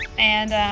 and